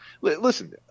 Listen